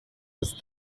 was